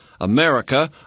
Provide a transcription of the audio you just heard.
America